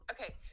Okay